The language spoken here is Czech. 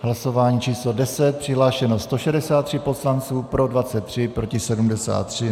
Hlasování číslo 10, přihlášeno 163 poslanců, pro 23, proti 73.